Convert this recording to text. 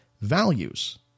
values—